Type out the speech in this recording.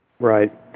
Right